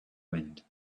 wind